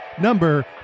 number